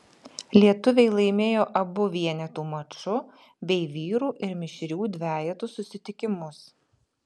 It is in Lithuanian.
lietuviai laimėjo abu vienetų maču bei vyrų ir mišrių dvejetų susitikimus